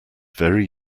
very